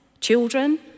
children